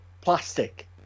plastic